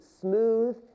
smooth